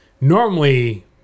normally